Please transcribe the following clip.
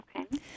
Okay